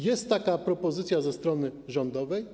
Jest taka propozycja ze strony rządowej.